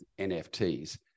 NFTs